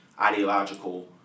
Ideological